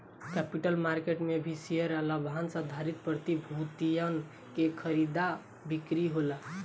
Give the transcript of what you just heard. capital market में भी share आ लाभांस आधारित प्रतिभूतियन के खरीदा बिक्री होला